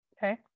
Okay